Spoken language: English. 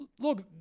look